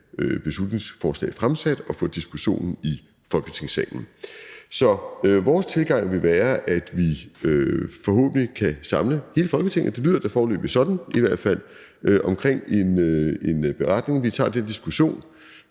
beslutningsforslag fremsat og få diskussionen i Folketingssalen. Så vores tilgang vil være, at vi forhåbentlig kan samle hele Folketinget – det lyder da foreløbig sådan i hvert fald – omkring en beretning; at vi tager den diskussion